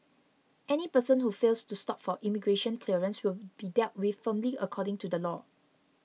any person who fails to stop for immigration clearance will be dealt with firmly according to the law